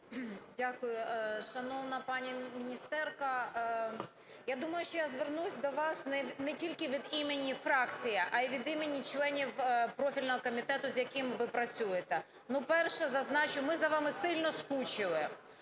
Дякую. Шановна пані міністерка, я думаю, що я звернусь до вас не тільки від імені фракції, а і від імені членів профільного комітету, з яким ви працюєте. Ну, перше зазначу, ми за вами сильно скучили.